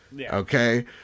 okay